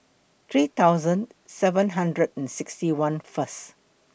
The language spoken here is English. three thousand seven hundred and sixty one First